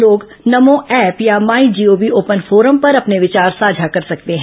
लोग नमो ऐप या my gov open forum पर अपने विचार साझा कर सकते हैं